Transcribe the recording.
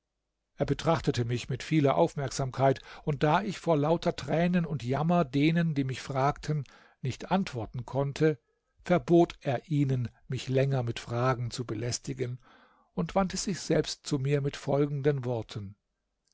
er betrachtete mich mit vieler aufmerksamkeit und da ich vor lauter tränen und jammer denen die mich fragten nicht antworten konnte verbot er ihnen mich länger mit fragen zu belästigen und wandte sich selbst zu mir mit folgenden worten